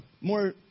more